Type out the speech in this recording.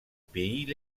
pays